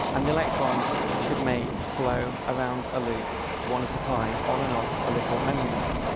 and the electrons could make flow around a loop one at a time, on and off, a little memory node.